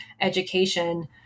education